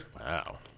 Wow